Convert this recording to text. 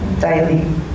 daily